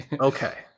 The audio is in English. okay